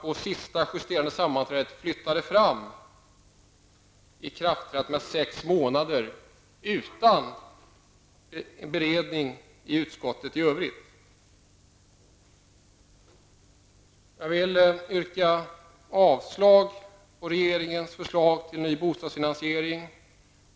På sista justerande sammanträdet flyttade man fram ikraftträdandet med sex månader utan en beredning i utskottet i övrigt. Jag vill yrka avslag på regeringens förslag till ny bostadsfinansiering.